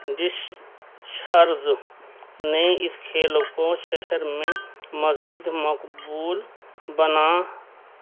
dish چھرج نے اس کھیلوں کو شہر میں مزید مقبول بنا